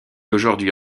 aujourd’hui